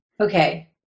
okay